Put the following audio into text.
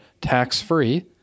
tax-free